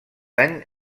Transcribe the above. any